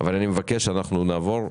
אבל אני מבקש שאנחנו נעבור סעיף-סעיף,